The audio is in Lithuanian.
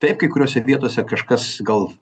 taip kai kuriose vietose kažkas gal